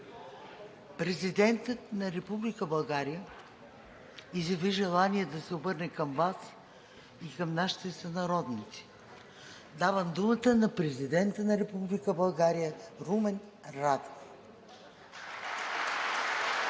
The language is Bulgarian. Президентът на Република България изяви желание да се обърне към Вас и към нашите сънародници. Давам думата на Президента на Република България Румен Радев. (Народните